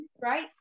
right